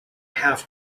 have